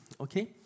okay